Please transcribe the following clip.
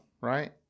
right